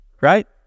Right